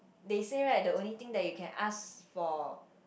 they say right the only thing that you can ask for